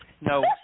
No